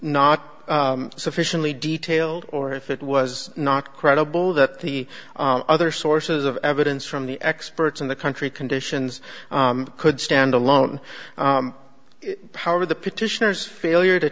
not sufficiently detailed or if it was not credible that the other sources of evidence from the experts in the country conditions could stand alone power the petitioners failure to